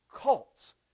cults